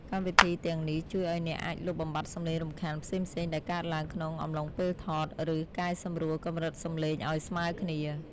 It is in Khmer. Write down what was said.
កម្មវិធីទាំងនេះជួយឱ្យអ្នកអាចលុបបំបាត់សំឡេងរំខានផ្សេងៗដែលកើតឡើងក្នុងអំឡុងពេលថត ឬកែសម្រួលកម្រិតសំឡេងឱ្យស្មើគ្នា។